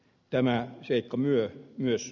tämä keikka myötä myös